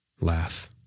Laugh